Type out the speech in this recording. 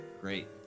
great